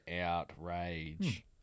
outrage